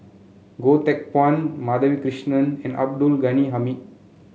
Goh Teck Phuan Madhavi Krishnan and Abdul Ghani Hamid